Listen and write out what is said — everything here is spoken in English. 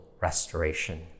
restoration